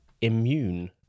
immune